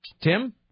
Tim